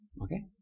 Okay